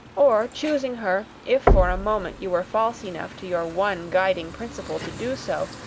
or, choosing her, if for a moment you were false enough to your one guiding principle to do so,